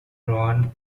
ron